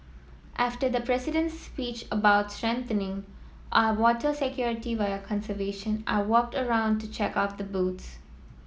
after the President's speech about strengthening our water security via conservation I walked around to check out the boots